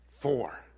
four